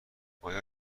آیا